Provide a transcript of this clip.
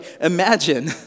imagine